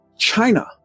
China